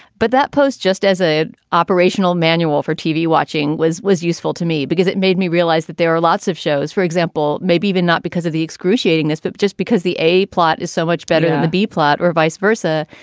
but that post, just as a operational manual for tv watching was was useful to me because it made me realize that there are lots of shows, for example, maybe even not because of the excruciating this, but just because the a plot is so much better than the b plot or vice versa.